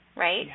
right